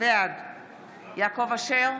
בעד יעקב אשר,